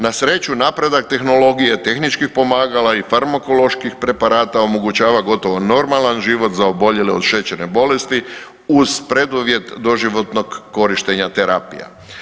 Na sreću napredak tehnologije, tehničkih pomagala i farmakoloških preparata omogućava gotovo normalan život za oboljele od šećerne bolesti uz preduvjet doživotnog korištenja terapija.